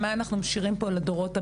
מה אנחנו משאירים פה לדורות הבאים.